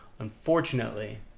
unfortunately